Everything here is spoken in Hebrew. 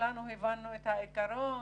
כולנו הבנו את העיקרון,